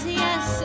yes